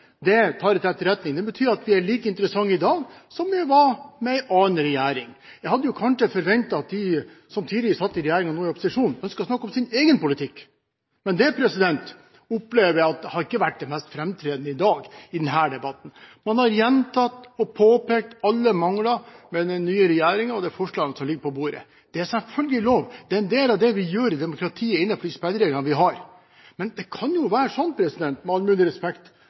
Det tar jeg til etterretning. Det betyr at vi er like interessante i dag som vi var med en annen regjering. Jeg hadde kanskje forventet at de som tidligere satt i regjering, og nå er i opposisjon, ønsket å snakke om sin egen politikk, men det har jeg ikke opplevd som det mest framtredende i debatten i dag. Man har gjentatt og påpekt alle mangler ved den nye regjeringen og de forslagene som ligger på bordet. Det er selvfølgelig lov. Det er en del av det vi gjør i demokratiet – innenfor de spillereglene vi har. Men det kan jo være sånn – med all mulig respekt